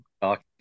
talk